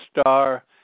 star